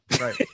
right